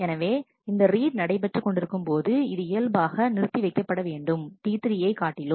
எனவே இந்த ரீட் நடைபெற்று கொண்டிருக்கும்போது இது இயல்பாக நிறுத்தி வைக்கப்பட வேண்டும் T3 யை காட்டிலும்